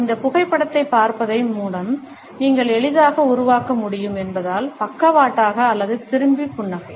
இந்த புகைப்படத்தைப் பார்ப்பதன் மூலம் நீங்கள் எளிதாக உருவாக்க முடியும் என்பதால் பக்கவாட்டாக அல்லது திரும்பிப் புன்னகை